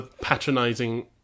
patronizing